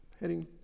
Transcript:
Heading